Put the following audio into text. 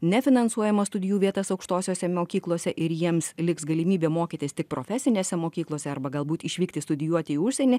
nefinansuojamas studijų vietas aukštosiose mokyklose ir jiems liks galimybė mokytis tik profesinėse mokyklose arba galbūt išvykti studijuoti į užsienį